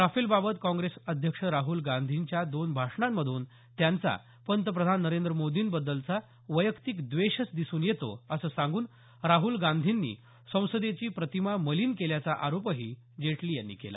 राफेलबाबत काँग्रेस अध्यक्ष राहुल गांधींच्या दोन भाषणांमधून त्यांचा पंतप्रधान नरेंद्र मोदींबद्दलचा वैयक्तिक द्वेषच दिसून येतो असं सांगून राहुल गांधींनी संसदेची प्रतिमा मलिन केल्याचा आरोपही जेटली यांनी केला